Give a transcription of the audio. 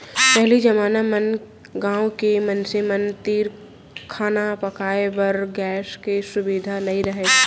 पहिली जमाना म गॉँव के मनसे मन तीर खाना पकाए बर गैस के सुभीता नइ रहिस